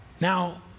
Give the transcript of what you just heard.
Now